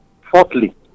Fourthly